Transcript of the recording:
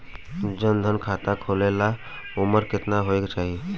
जन धन खाता खोले ला उमर केतना होए के चाही?